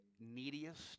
neediest